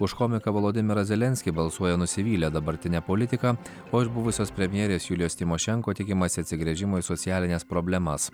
už komiką volodymirą zelenskį balsuoja nusivylę dabartine politika o iš buvusios premjerės julijos tymošenko tikimasi atsigręžimo į socialines problemas